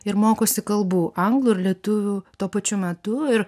ir mokosi kalbų anglų ir lietuvių tuo pačiu metu ir